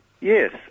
Yes